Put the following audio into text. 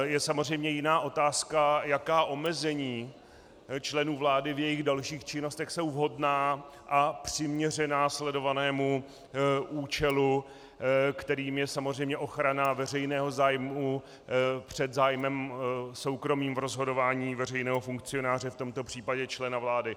Je samozřejmě jiná otázka, jaká omezení členů vlády v jejich dalších činnostech jsou vhodná a přiměřená sledovanému účelu, kterým je samozřejmě ochrana veřejného zájmu před zájmem soukromým v rozhodování veřejného funkcionáře, v tomto případě člena vlády.